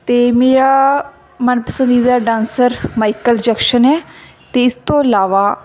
ਅਤੇ ਮੇਰਾ ਮਨਪਸੰਦ ਦਾ ਡਾਂਸਰ ਮਾਈਕਲ ਜੈਕਸ਼ਨ ਹੈ ਅਤੇ ਇਸ ਤੋਂ ਇਲਾਵਾ